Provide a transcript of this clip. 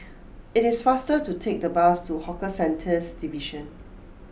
it is faster to take the bus to Hawker Centres Division